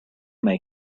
may